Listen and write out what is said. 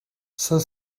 cinq